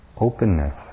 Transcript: openness